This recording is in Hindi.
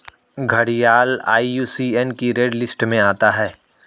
घड़ियाल आई.यू.सी.एन की रेड लिस्ट में आता है